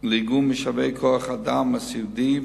לאגם את משאבי כוח-האדם הסיעודי,